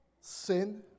sin